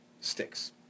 sticks